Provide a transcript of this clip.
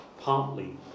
partly